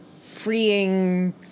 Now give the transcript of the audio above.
freeing